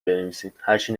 بنویسین، هرچی